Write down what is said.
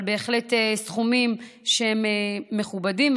אבל בהחלט סכומים מכובדים.